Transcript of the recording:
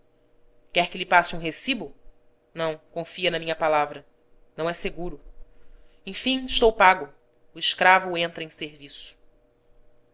quer que lhe passe um recibo não confia na minha palavra não é seguro enfim estou pago o escravo entra em serviço